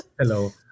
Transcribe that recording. Hello